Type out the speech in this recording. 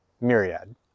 myriad